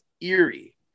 eerie